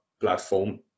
platform